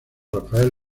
rafael